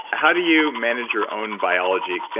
how do you manage your own biology?